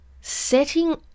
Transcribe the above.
Setting